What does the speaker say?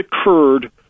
occurred